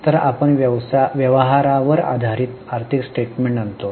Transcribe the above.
तर आपण व्यवहारावर आधारित आर्थिक स्टेटमेन्ट आणतो